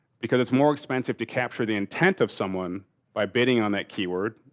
because it's more expensive to capture the intent of someone by bidding on that keyword,